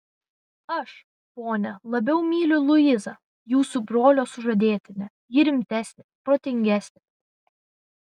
aš ponia labiau myliu luizą jūsų brolio sužadėtinę ji rimtesnė protingesnė